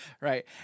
right